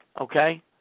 Okay